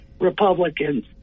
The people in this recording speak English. Republicans